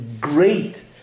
great